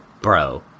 bro